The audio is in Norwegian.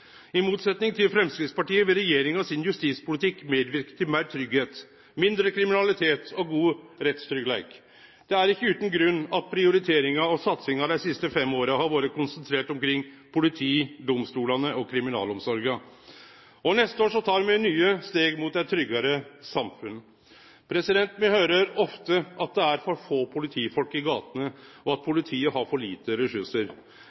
I motsetnad til Framstegspartiet vil regjeringa sin justispolitikk medverke til meir tryggleik, mindre kriminalitet og god rettstryggleik. Det er ikkje utan grunn at prioriteringa og satsinga dei siste fem åra har vore konsentrert omkring politi, domstolane og kriminalomsorga, og neste år tek me nye steg mot eit tryggare samfunn. Me høyrer ofte at det er for få politifolk i gatene, og at